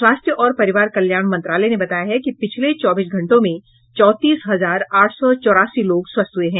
स्वास्थ्य और परिवार कल्याण मंत्रालय ने बताया है कि पिछले चौबीस घंटों में चौंतीस हजार आठ सौ चौरासी लोग स्वस्थ हुए हैं